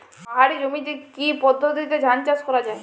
পাহাড়ী জমিতে কি পদ্ধতিতে ধান চাষ করা যায়?